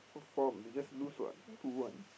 what form they just lose what two one